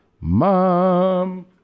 mom